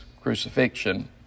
crucifixion